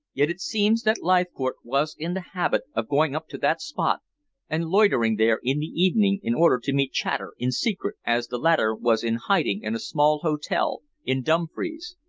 yet it seems that leithcourt was in the habit of going up to that spot and loitering there in the evening in order to meet chater in secret, as the latter was in hiding in a small hotel in dumfries.